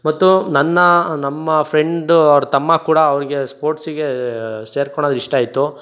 ಮತ್ತು ನನ್ನ ನಮ್ಮ ಫ್ರೆಂಡು ಅವರ ತಮ್ಮ ಕೂಡ ಅವರಿಗೆ ಸ್ಪೋರ್ಟ್ಸಿಗೆ ಸೇರ್ಕೊಳದ್ ಇಷ್ಟ ಇತ್ತು